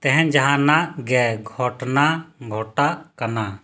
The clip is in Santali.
ᱛᱮᱦᱮᱧ ᱡᱟᱦᱟᱱᱟᱜ ᱜᱮ ᱜᱷᱚᱴᱱᱟ ᱜᱷᱚᱴᱟᱜ ᱠᱟᱱᱟ